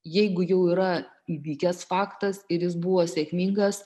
jeigu jau yra įvykęs faktas ir jis buvo sėkmingas